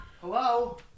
Hello